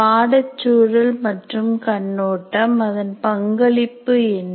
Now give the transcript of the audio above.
பாடச் சூழல் மற்றும் கண்ணோட்டம் அதன் பங்களிப்பு என்ன